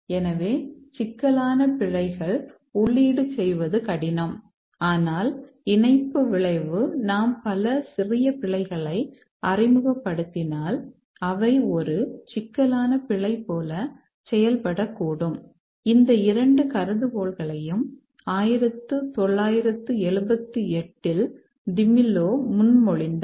எனவே சிக்கலான பிழைகள் உள்ளீடு செய்வது கடினம் ஆனால் இணைப்பு விளைவு நாம் பல சிறிய பிழைகளை அறிமுகப்படுத்தினால் அவை ஒரு சிக்கலான பிழை போல செயல்படக்கூடும் இந்த இரண்டு கருதுகோள்களையும் 1978 இல் டிமில்லோ முன்மொழிந்தார்